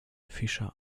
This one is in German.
fischer